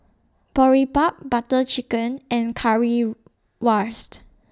Boribap Butter Chicken and Currywurst